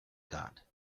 got